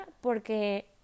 porque